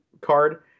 card